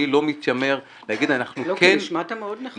אני לא מתיימר להגיד --- כי נשמעת מאוד נחרץ.